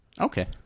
Okay